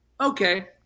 Okay